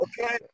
Okay